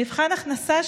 מבחן הכנסה,